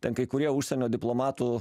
ten kai kurie užsienio diplomatų